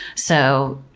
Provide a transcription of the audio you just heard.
so,